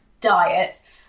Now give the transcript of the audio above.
diet